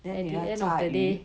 then 你还要炸鱼